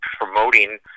promoting